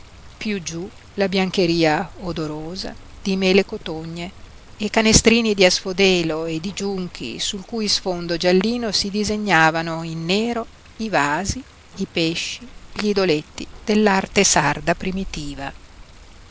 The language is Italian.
piú giú la biancheria odorosa di mele cotogne e canestrini di asfodelo e di giunchi sul cui sfondo giallino si disegnavano in nero i vasi i pesci gl'idoletti dell'arte sarda primitiva